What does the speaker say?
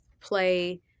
play